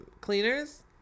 cleaners